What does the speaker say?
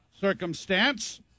circumstance